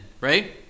right